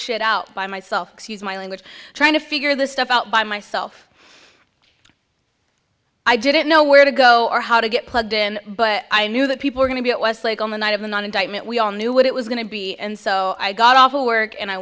shit out by myself excuse my language trying to figure this stuff out by myself i didn't know where to go or how to get plugged in but i knew that people are going to be at westlake on the night of an indictment we all knew what it was going to be and so i got off to work and i